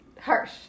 harsh